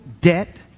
debt